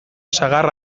sagar